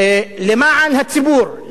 למען הציבור,